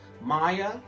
Maya